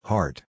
Heart